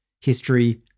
History